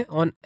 on